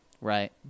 Right